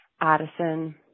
Addison